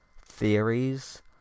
theories